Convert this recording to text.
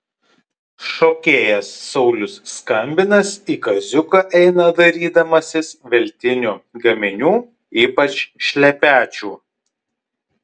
šokėjas saulius skambinas į kaziuką eina dairydamasis veltinių gaminių ypač šlepečių